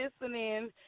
listening